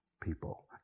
people